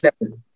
level